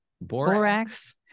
Borax